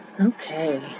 Okay